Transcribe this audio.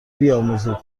بیاموزید